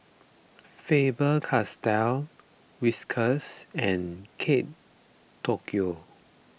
Faber Castell Whiskas and Kate Tokyo